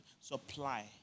supply